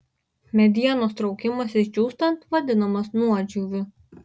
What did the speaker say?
medienos traukimasis džiūstant vadinamas nuodžiūviu